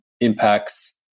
impacts